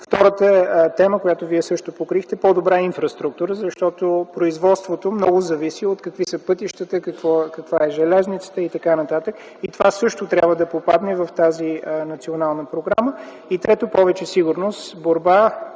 Втората тема, която също Вие покрихте – по-добра инфраструктура. Производството много зависи от това какви са пътищата, каква е железницата и т.н. Това също трябва да попадне в тази национална програма. И трето – повече сигурност. Виждате,